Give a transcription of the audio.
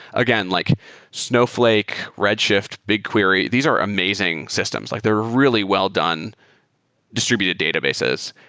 again, like snowflake, red shift, bigquery, these are amazing systems. like they're really well-done distributed databases.